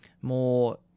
more